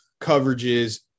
coverages